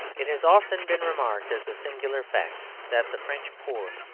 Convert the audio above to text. it has often been remarked as a singular fact that the french poor,